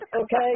Okay